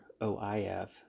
OIF